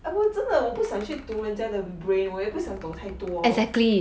我真的我不想去读人家的 brain 我也不想懂太多